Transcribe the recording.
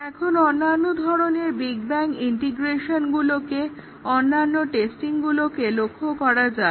এখন অন্যান্য ধরনের বিগ ব্যাং ইন্টিগ্রেশনগুলোকে অন্যান্য টেস্টিংগুলোকে লক্ষ্য করা যাক